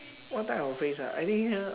what type of phrase ah I think ah